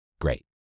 Great